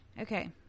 Okay